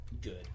good